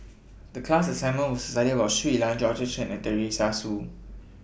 The class assignment was to study about Shui Lan Georgette Chen and Teresa Hsu